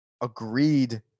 agreed